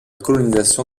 colonisation